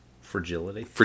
Fragility